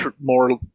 more